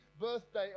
birthday